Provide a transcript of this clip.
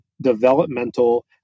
developmental